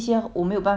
commit 的